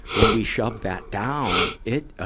when we shove that down, it a,